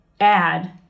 add